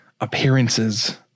appearances